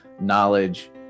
knowledge